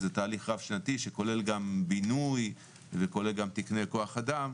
זה תהליך רב-שנתי שכולל גם בינוי וכולל גם תקני כוח אדם,